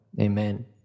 Amen